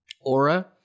Aura